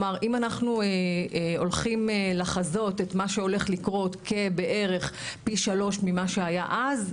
אם אנחנו הולכים לחזות את מה שהולך לקרות כבערך פי שלוש ממה שהיה אז,